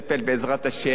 בעזרת השם,